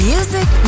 Music